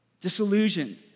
Disillusioned